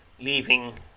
leaving